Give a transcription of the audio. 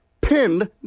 pinned